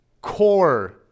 core